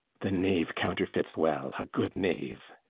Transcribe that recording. the knave counterfeits well a good knave.